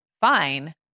fine